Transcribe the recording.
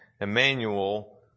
Emmanuel